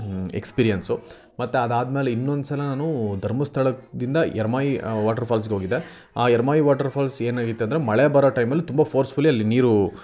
experience ಮತ್ತು ಅದು ಆದ ಮೇಲೆ ಇನ್ನೊಂದು ಸಲ ನಾನು ಧರ್ಮಸ್ಥಳದಿಂದ ಎರ್ಮಾಯಿ ವಾಟರ್ ಫಾಲ್ಸ್ಗೆ ಹೋಗಿದ್ದೆ ಆ ಎರ್ಮಾಯಿ ವಾಟರ್ ಫಾಲ್ಸ್ ಏನಾಗಿತ್ತು ಅಂದರೆ ಮಳೆ ಬರೋ ಟೈಮಲ್ಲಿ ತುಂಬ ಫೋರ್ಸ್ಫುಲಿ ಅಲ್ಲಿ ನೀರು